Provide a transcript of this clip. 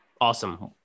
Awesome